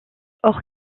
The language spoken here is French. hors